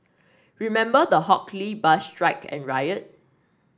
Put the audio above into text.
remember the Hock Lee bus strike and riot